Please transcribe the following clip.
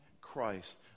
Christ